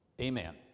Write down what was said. Amen